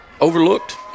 overlooked